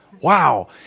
wow